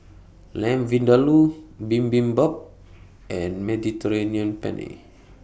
Lamb Vindaloo Bibimbap and Mediterranean Penne